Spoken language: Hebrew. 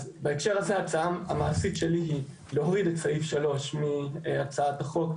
אז בהקשר הזה ההצעה המעשית שלי היא להוריד את סעיף 3 מהצעת החוק,